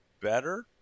Better